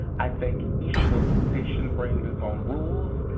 i think each solicitation brings its own rules,